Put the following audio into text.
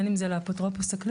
בין אם זה לאפוטרופוס הכללי.